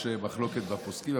יש מחלוקת בין פוסקים,